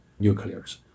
nuclears